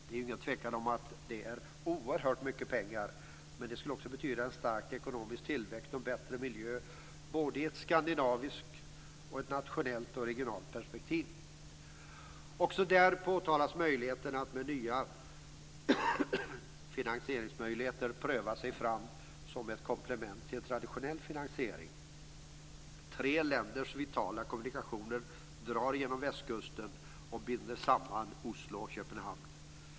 Det är ingen tvekan om att det är oerhört mycket pengar, men det skulle också betyda en stark ekonomisk tillväxt och en bättre miljö i ett skandinaviskt både nationellt och regionalt perspektiv. Också där påpekas möjligheten att med nya finansieringsmöjligheter pröva sig fram som ett komplement till traditionell finansiering. Tre länders vitala kommunikationer drar genom västkusten och binder samman Oslo och Köpenhamn.